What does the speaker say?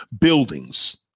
buildings